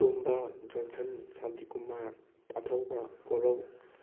ꯇꯣꯝꯕ Johnson Shantikumar ꯑꯊꯧꯕ ꯀꯣꯔꯧ